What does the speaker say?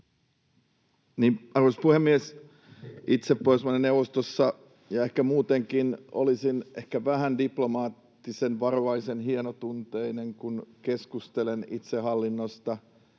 Arvoisa puhemies! Itse Pohjoismaiden neuvostossa ja ehkä muutenkin olisin ehkä vähän diplomaattisen varovaisen hienotunteinen, kun keskustelen itsehallinnosta,